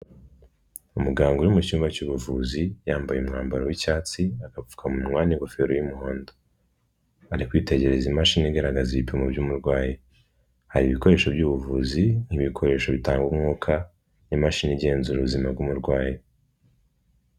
Umuganga uri mu cyumba cy'ubuvuzi, yambaye umwambaro w'icyatsi, agapfukamunwa n'ingofero y'umuhondo, ari kwitegereza imashini igaragaza ibipimo by'umurwayi, hari ibikoresho by'ubuvuzi nk'ibikoresho bitanga umwuka n'imashini igenzura ubuzima bw'umurwayi.